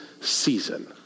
season